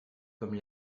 comme